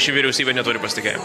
ši vyriausybė neturi pasitikėjimo